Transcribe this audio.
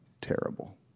terrible